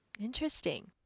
Interesting